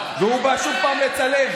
והוא בא שוב לצלם.